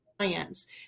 science